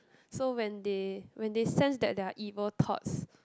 so when they when they sense that there are evil thoughts